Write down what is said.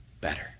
better